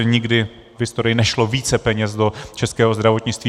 Nikdy v historii nešlo více peněz do českého zdravotnictví.